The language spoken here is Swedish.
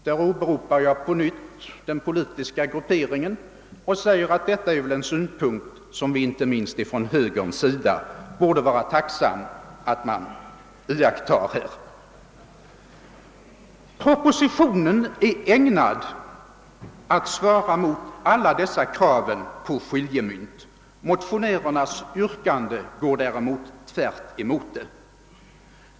Härvidlag åberopar jag på nytt den politiska grupperingen och förklarar att detta är en synpunkt som inte minst vi inom högern borde vara tacksamma att man anlägger. Propositionen är ägnad att svara mot alla dessa krav som kan ställas på skiljemynt. Motionärernas yrkande går tvärtemot dem.